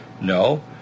No